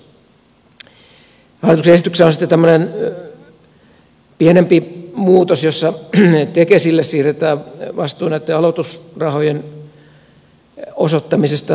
hallituksen esityksessä on sitten tämmöinen pienempi muutos jossa tekesille siirretään vastuu näitten aloitusrahojen osoittamisesta yrityksille